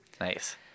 Nice